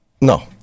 No